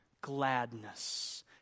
gladness